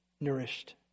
nourished